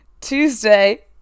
Tuesday